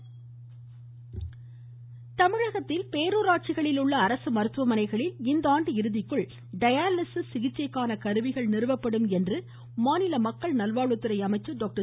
விஜயபாஸ்கர் தமிழகத்தில் பேரூராட்சிகளில் உள்ள அரசு மருத்துவமனைகளில் இந்த ஆண்டு இறுதிக்குள் டயாலிசிஸ் சிகிச்சைக்கான கருவிகள் நிறுவப்படும் என மாநில மக்கள் நல்வாழ்வுத்துறை அமைச்சர் டாக்டர்